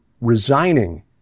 resigning